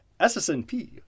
SSNP